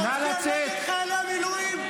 זה נגד חיילי המילואים.